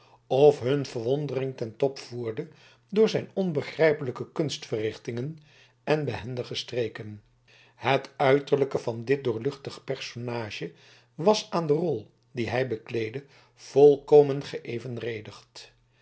of hun verwondering ten top voerde door zijn onbegrijpelijke kunstverrichtingen en behendige streken het uiterlijke van dit doorluchtig personage was aan de rol die hij bekleedde volkomen